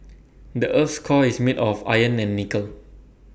the Earth's core is made of iron and nickel